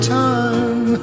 time